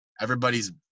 everybody's